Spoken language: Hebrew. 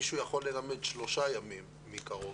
מישהו יכול ללמד שלושה ימים מקרוב,